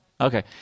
Okay